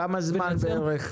כמה זמן בערך?